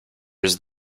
his